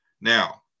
Now